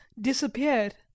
disappeared